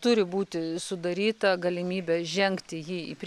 turi būti sudaryta galimybė žengti jį į priekį